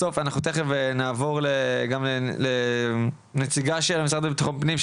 בסוף ואנחנו תיכף עבור לנציגה של המשרד לביטחון פנים,